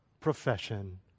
profession